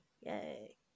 yay